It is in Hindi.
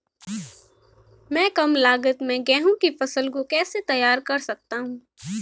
मैं कम लागत में गेहूँ की फसल को कैसे तैयार कर सकता हूँ?